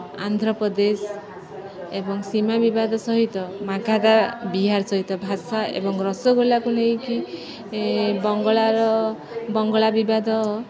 ଆନ୍ଧ୍ରପ୍ରଦେଶ ଏବଂ ସୀମା ବିବାଦ ସହିତ ମାଘାଦା ବିହାର ସହିତ ଭାଷା ଏବଂ ରସଗୋଲାକୁ ନେଇକି ବଙ୍ଗଳାର ବଙ୍ଗଳା ବିବାଦ